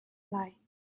lai